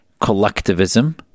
collectivism